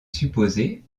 supposée